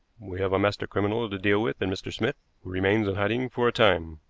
we have a master criminal to deal with in mr. smith, who remains in hiding for a time.